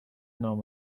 نامه